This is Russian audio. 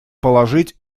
положить